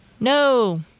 No